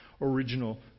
original